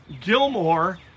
Gilmore